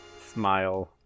smile